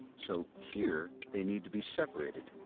so here, they need to be separated,